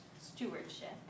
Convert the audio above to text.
stewardship